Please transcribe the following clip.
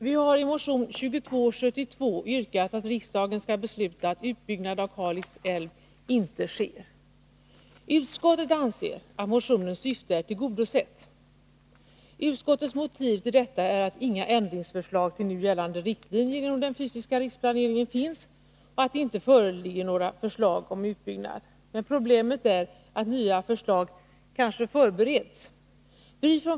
Vi har i motion 2272 yrkat att riksdagen skall besluta att utbyggnad av Kalix älv inte sker. Utskottet anser att motionens syfte är tillgodosett. Utskottets motiv till detta är att inga ändringsförslag till nu gällande riktlinjer inom den fysiska riksplaneringen finns och att det inte föreligger något förslag om utbyggnad. Men problemet är att nya förslag kanske förbereds.